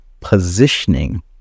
positioning